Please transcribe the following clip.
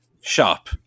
shop